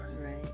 Right